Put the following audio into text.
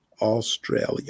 Australia